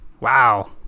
Wow